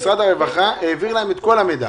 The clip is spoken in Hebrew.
משרד הרווחה העביר להם את כל המידע.